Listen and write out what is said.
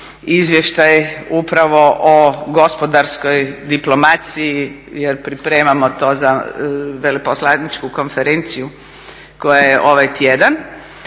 izvještaj upravo o gospodarskoj diplomaciji jer pripremamo to za veleposlaničku konferenciju koja je ovaj tjedan.